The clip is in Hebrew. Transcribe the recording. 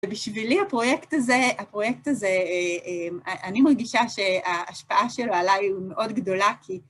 ובשבילי הפרויקט הזה, הפרויקט הזה, אני מרגישה שההשפעה שלו עליי היא מאוד גדולה כי